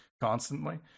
constantly